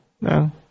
no